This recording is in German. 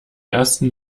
ersten